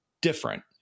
different